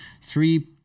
three